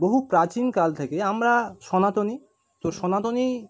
বহু প্রাচীনকাল থেকে আমরা সনাতনী তো সনাতনী